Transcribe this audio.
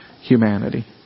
humanity